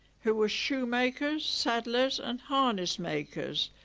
who were shoemakers, saddlers and harness makers.